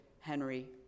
Henry